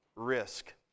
Risk